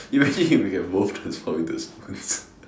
imagine if we can both transformed into a spoon